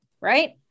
right